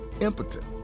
impotent